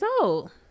old